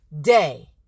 day